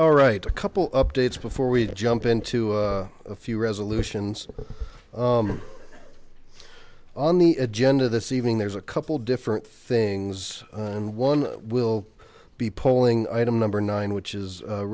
all right a couple updates before we jump into a few resolutions on the agenda this evening there's a couple different things and one will be polling item number nine which is